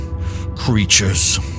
creatures